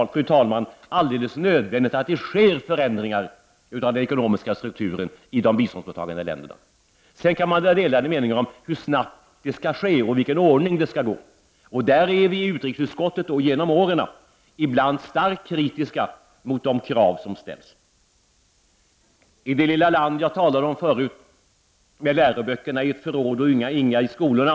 Jag tror, fru talman, att det är alldeles nödvändigt att det sker förändringar av den ekonomiska strukturen i de biståndsmottagande länderna. Sedan kan man ha delade meningar om hur snabbt och i vilken ordning det skall ske. I utrikesutskottet är vi ibland starkt kritiska mot de krav som ställs. Jag talade förut om ett litet land där man har skolböcker i ett förråd men inga i skolorna.